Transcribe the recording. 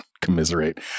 commiserate